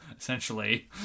essentially